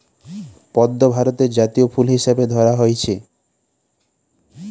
পদ্ম ভারতের জাতীয় ফুল হিসাবে ধরা হইচে